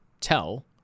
tell